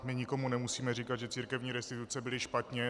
My nikomu nemusíme říkat, že církevní restituce byly špatně.